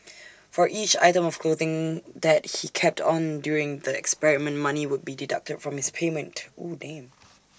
for each item of clothing that he kept on during the experiment money would be deducted from his payment